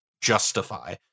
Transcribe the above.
justify